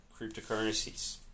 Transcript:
cryptocurrencies